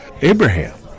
Abraham